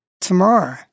Tomorrow